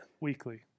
weekly